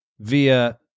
via